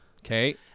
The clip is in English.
Okay